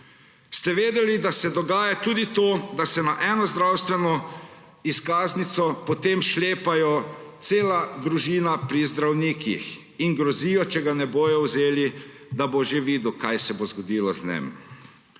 Ste vedeli, da se dogaja tudi to, da se na eno zdravstveno izkaznico potem šlepa cela družina pri zdravniku in grozi, če jih ne bo vzel, da bo že videl, kaj se bo zgodilo z njim?